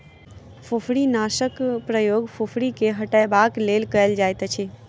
फुफरीनाशकक प्रयोग फुफरी के हटयबाक लेल कयल जाइतअछि